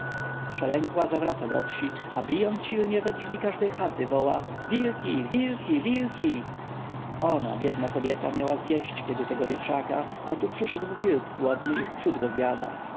przelękła zawraca do wsi a bijąc silnie we drzwi każdej chaty woła wilki wilki wilki ona biedna kobieta miała zjeść kiedyś tego wieprzaka a tu przyszedł wilk głodny i wprzód go zjada